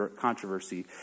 controversy